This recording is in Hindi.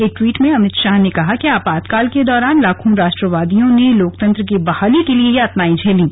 एक ट्वीट में अमित शाह ने कहा कि आपातकाल के दौरान लाखों राष्ट्रवादियों ने लोकतंत्र की बहाली के लिए यातनाएं झेलीं